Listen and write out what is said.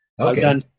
Okay